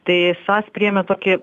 tai sas priėmė tokį